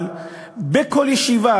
אבל בכל ישיבה,